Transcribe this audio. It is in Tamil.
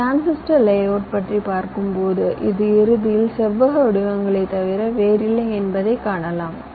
இந்த டிரான்சிஸ்டர் லேஅவுட் பற்றி பார்க்கும்போது இது இறுதியில் செவ்வக வடிவங்களைத் தவிர வேறில்லை என்பதை காணலாம்